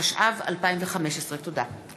התשע"ו 2015. תודה.